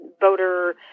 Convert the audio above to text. voter